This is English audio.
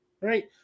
right